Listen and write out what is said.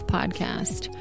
Podcast